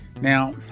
Now